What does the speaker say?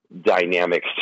dynamic